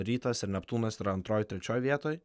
rytas ir neptūnas yra antroj trečioj vietoj